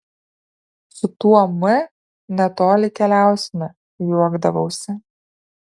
su tuo m netoli keliausime juokdavausi